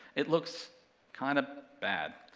it looks kind of bad,